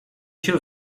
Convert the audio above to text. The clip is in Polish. się